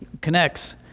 connects